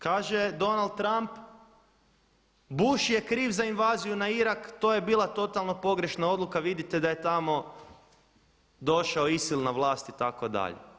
Kaže Donald Trump Bush je kriv za invaziju na Irak, to je bila totalno pogrešna odluka vidite da je tamo došao ISIL na vlast itd.